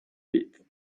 pit